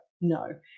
No